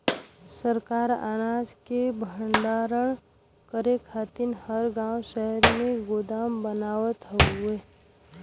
सरकार अनाज के भण्डारण करे खातिर हर गांव शहर में गोदाम बनावत हउवे